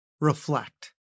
reflect